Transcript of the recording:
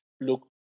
look